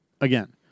again